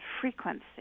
frequency